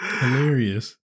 Hilarious